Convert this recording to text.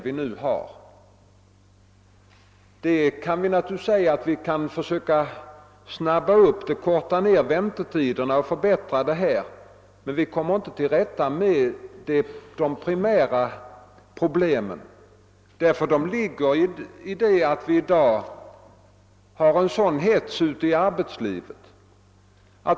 Vi kan naturligtvis försöka korta ned väntetiderna, men därmed kommer vi inte till rätta med de primära problemen, som ligger i att vi i dag har en sådan hets ute i arbetslivet.